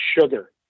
sugar